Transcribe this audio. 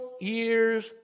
years